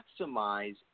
maximize